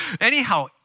Anyhow